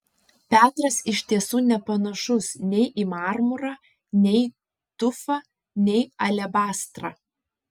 petras iš tiesų nepanašus nei į marmurą nei tufą nei alebastrą